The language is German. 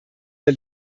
der